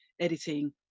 editing